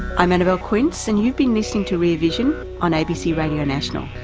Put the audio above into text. i'm annabelle quince, and you've been listening to rear vision on abc radio national.